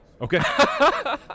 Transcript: Okay